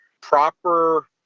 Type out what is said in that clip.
proper